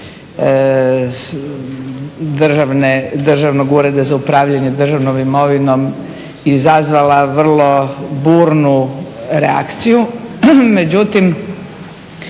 državnog ureda za upravljanje državnom imovinom izazvala vrlo burnu reakciju